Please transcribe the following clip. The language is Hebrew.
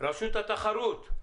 רשות התחרות,